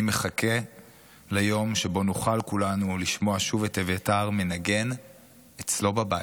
אני מחכה ליום שבו נוכל כולנו לשמוע שוב את אביתר מנגן אצלו בבית.